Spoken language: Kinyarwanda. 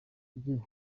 bye